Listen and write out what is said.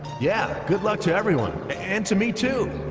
yeah, good luck to everyone and to me too